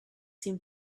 seem